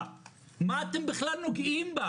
מה אתם בכלל נוגעים בה?